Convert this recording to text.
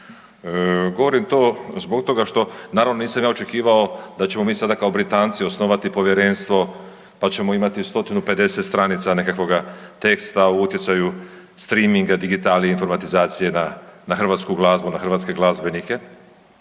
Govorim to zbog toga što naravno nisam ja sada očekivao da ćemo mi sada kao Britanci osnovati povjerenstvo, pa ćemo imati 150 stranica nekakvoga teksta o utjecaju streaminga, digitalije, informatizacije na hrvatsku glazbu, na hrvatske glazbenike